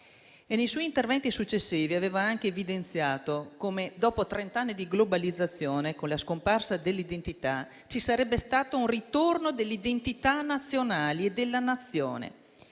Nei suoi interventi successivi aveva anche evidenziato come, dopo trent'anni di globalizzazione, con la scomparsa dell'identità ci sarebbe stato un ritorno delle identità nazionali e della Nazione